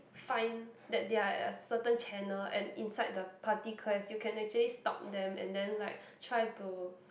find that they are at a certain channel and inside the party quest you can actually stalk them and then like try to